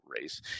race